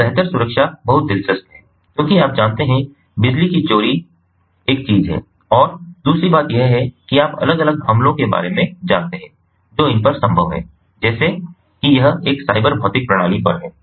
तब बेहतर सुरक्षा बहुत दिलचस्प है क्योंकि आप जानते हैं कि बिजली की चोरी एक चीज है और दूसरी बात यह है कि आप अलग अलग हमलों के बारे में जानते हैं जो इन पर संभव है जैसे कि यह एक साइबर भौतिक प्रणाली पर है